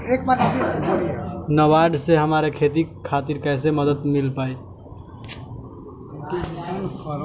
नाबार्ड से हमरा खेती खातिर कैसे मदद मिल पायी?